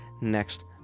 next